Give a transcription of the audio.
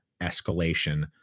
escalation